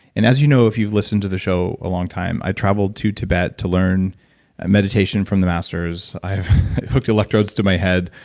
and as you know, if you've listened to this show a long time, i traveled to tibet to learn meditation from the masters. i hooked electrodes to my head.